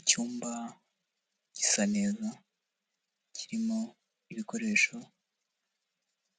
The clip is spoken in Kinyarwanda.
Icyumba gisa neza kirimo ibikoresho